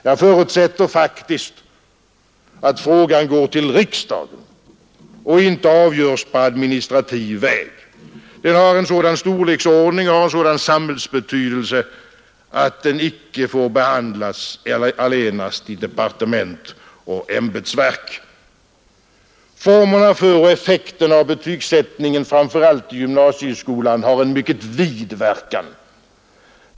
Jag förutsätter faktiskt att frågan går till riksdagen och inte avgörs på administrativ väg. Den är av en sådan storleksordning och har en sådan samhällsbetydelse att den inte får behandlas allenast i departement och ämbetsverk. Formerna för och effekten av betygsättningen, framför allt i gymnasieskolan, har en mycket vid verkan.